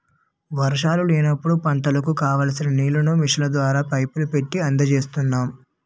వర్షాలు లేనప్పుడు పంటలకు కావాల్సిన నీళ్ళను మిషన్ల ద్వారా, పైపులు పెట్టీ అందజేస్తున్నాం